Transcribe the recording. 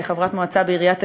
כחברת מועצה בעיריית תל-אביב,